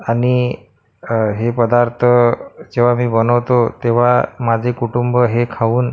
आणि हे पदार्थ जेव्हा मी बनवतो तेव्हा माझे कुटुंब हे खाऊन